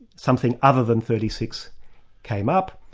something other than thirty six came up.